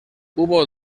hubo